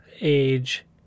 age